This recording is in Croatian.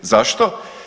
Zašto?